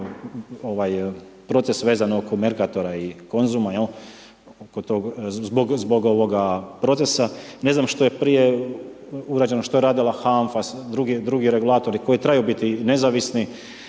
ovaj proces oko Mercatora i Konzuma oko tog, zbog ovoga procesa. Ne znam što je prije ugrađeno, što je radila HANF-a, drugi regulatori koji trebaju biti nezavisni,